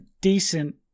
decent